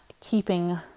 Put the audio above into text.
keeping